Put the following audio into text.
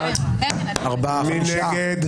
מי נגד?